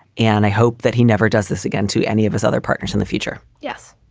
and i hope that he never does this again to any of his other partners in the future. yes.